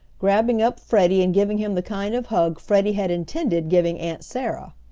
grabbing up freddie and giving him the kind of hug freddie had intended giving aunt sarah.